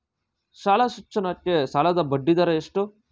ಶಾಲಾ ಶಿಕ್ಷಣಕ್ಕೆ ಸಾಲದ ಬಡ್ಡಿದರ ಎಷ್ಟು?